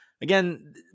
again